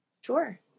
Sure